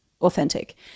authentic